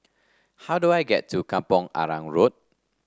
how do I get to Kampong Arang Road